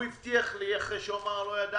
הוא הבטיח לי לבדוק.